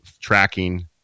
tracking